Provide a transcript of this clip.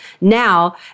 now